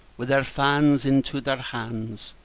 wi' their fans into their hand,